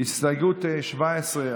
הסתייגות 17,